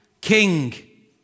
King